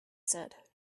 said